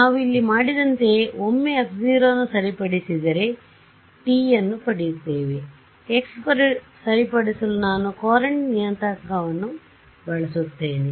ನಾವು ಇಲ್ಲಿ ಮಾಡಿದಂತೆಯೇ ಒಮ್ಮೆ f 0ಅನ್ನು ಸರಿಪಡಿಸಿದರೆ t ಪಡೆಯುತ್ತೇನೆ x ಸರಿಪಡಿಸಲು ನಾನು ಕೊರಂಟ್ ನಿಯತಾಂಕವನ್ನು ಬಳಸುತ್ತೇನೆ